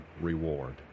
reward